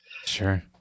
Sure